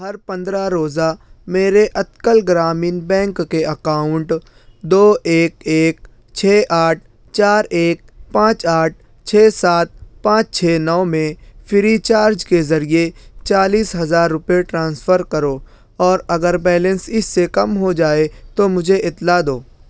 ہر پندرہ روزہ میرے اتکل گرامین بینک کے اکاؤنٹ دو ایک ایک چھ آٹھ چار ایک پانچ آٹھ چھ سات پانچ چھ نو میں فری چارج کے ذریعے چالیس ہزار روپئے ٹرانسفر کرو اور اگر بیلنس اس سے کم ہو جائے تو مجھے اطلاع دو